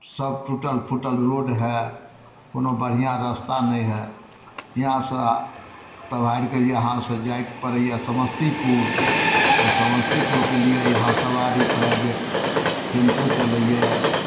सभ टुटल फुटल रोड हइ कोनो बढ़िआँ रस्ता नहि हइ इहाँसँ तब हारिकऽ जे जाइ पड़ैए समस्तीपुर तऽ समस्तीपुरके लिए इहाँ सवारी प्राइवेट टेम्पू चलैए